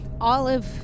Olive